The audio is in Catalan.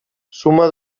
suma